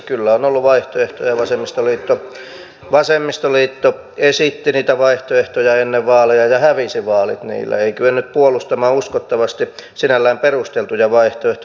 kyllä on ollut vaihtoehtoja vasemmistoliitto esitti niitä vaihtoehtoja ennen vaaleja ja hävisi vaalit niillä ei kyennyt puolustamaan uskottavasti sinällään perusteltuja vaihtoehtoja